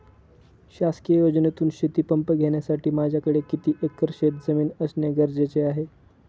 शासकीय योजनेतून शेतीपंप घेण्यासाठी माझ्याकडे किती एकर शेतजमीन असणे गरजेचे आहे?